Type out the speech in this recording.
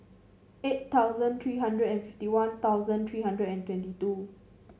eight thousand three hundred and fifty One Thousand three hundred and twenty two